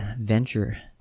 venture